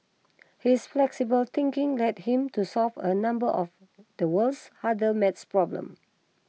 his flexible thinking led him to solve a number of the world's hardest math problems